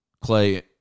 Clay